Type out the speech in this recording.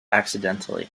accidentally